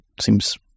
Seems